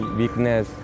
weakness